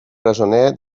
presoner